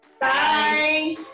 bye